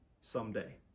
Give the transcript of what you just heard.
someday